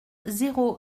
zéro